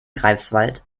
greifswald